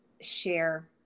share